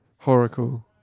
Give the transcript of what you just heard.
Horacle